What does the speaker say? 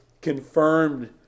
confirmed